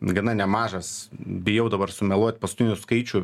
gana nemažas bijau dabar sumeluot pasutinių skaičių